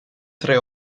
tre